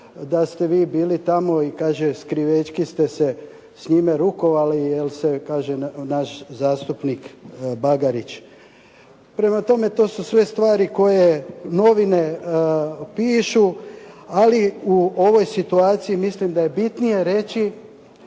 da ste vi bili tamo i kaže skrivečki ste se s njime rukovali jer se kaže naš zastupnik Bagarić. Prema tome, to su sve stvari koje novine pišu, ali u ovoj situaciji mislim da je bitnije reći